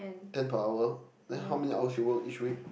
ten per hour then how many hours you work each week